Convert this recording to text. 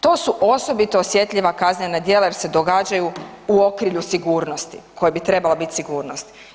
To su osobito osjetljiva kaznena djela jer se događaju u okrilju sigurnosti, koja bi trebala bit sigurnost.